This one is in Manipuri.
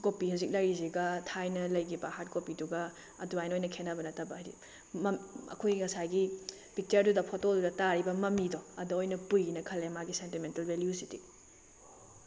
ꯀꯣꯄꯤ ꯍꯧꯖꯤꯛ ꯂꯩꯔꯤꯁꯤꯒ ꯊꯥꯏꯅ ꯂꯩꯈꯤꯕ ꯍꯥꯔꯠ ꯀꯣꯄꯤꯗꯨꯒ ꯑꯗꯨꯃꯥꯏꯅ ꯑꯣꯏꯅ ꯈꯦꯠꯅꯕ ꯅꯠꯇꯕ ꯍꯥꯏꯗꯤ ꯑꯩꯈꯣꯏ ꯉꯁꯥꯏꯒꯤ ꯄꯤꯛꯆꯔꯗꯨꯗ ꯐꯣꯇꯣꯗꯨꯗ ꯇꯥꯔꯤꯕ ꯃꯃꯤꯗꯣ ꯑꯗ ꯑꯣꯏꯅ ꯄꯨꯏꯌꯦꯅ ꯈꯜꯂꯦ ꯃꯥꯒꯤ ꯁꯦꯟꯇꯤꯃꯦꯟꯇꯦꯜ ꯚꯦꯂꯨꯁꯤꯗꯤ